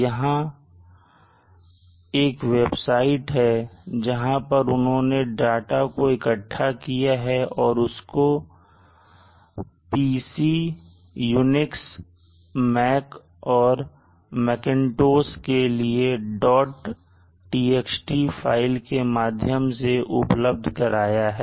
यहां एक वेबसाइट है जहां पर उन्होंने डाटा को इकट्ठा किया है और उसको PC UNIX Mac and macintosh के लिए txt फाइल के माध्यम से उपलब्ध कराया है